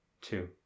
Two